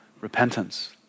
repentance